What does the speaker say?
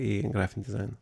į grafinį dizainą